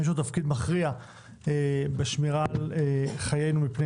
יש לו תפקיד מכריע בשמירה על חיינו מפני